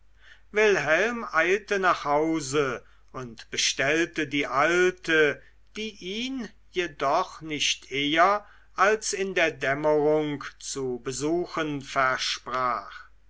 wilhelm eilte nach hause und bestellte die alte die ihn jedoch nicht eher als in der dämmerung zu besuchen versprach